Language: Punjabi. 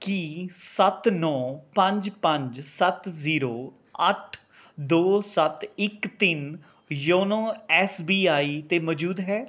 ਕੀ ਸੱਤ ਨੌ ਪੰਜ ਪੰਜ ਸੱਤ ਜ਼ੀਰੋ ਅੱਠ ਦੋ ਸੱਤ ਇੱਕ ਤਿੰਨ ਯੋਨੋ ਐੱਸ ਬੀ ਆਈ 'ਤੇ ਮੌਜੂਦ ਹੈ